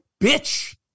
bitch